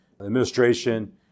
administration